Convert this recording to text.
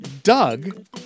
Doug